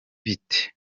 bite